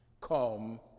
come